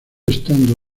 estando